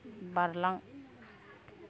बारलां